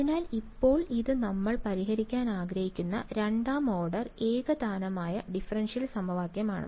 അതിനാൽ ഇപ്പോൾ ഇത് നമ്മൾ പരിഹരിക്കാൻ ആഗ്രഹിക്കുന്ന രണ്ടാം ഓർഡർ ഏകതാനമായ ഡിഫറൻഷ്യൽ സമവാക്യമാണ്